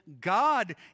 God